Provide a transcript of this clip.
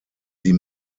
sie